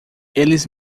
eles